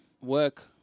work